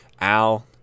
Al